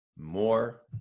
more